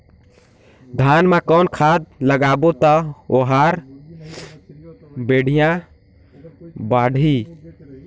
धान मा कौन खाद लगाबो ता ओहार बेडिया बाणही?